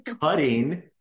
cutting